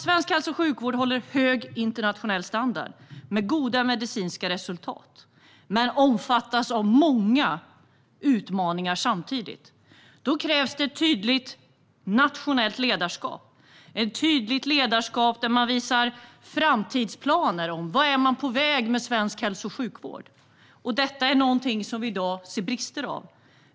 Svensk hälso och sjukvård håller hög internationell standard med goda medicinska resultat, men omfattas samtidigt av många utmaningar. Då krävs det ett tydligt nationellt ledarskap, ett tydligt ledarskap som visar framtidsplaner för vart man är på väg med svensk hälso och sjukvård. Detta är någonting som vi ser brist på i dag.